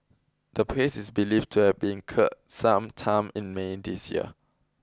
the place is believed to have been some time in May this year